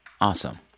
Awesome